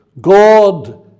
God